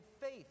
faith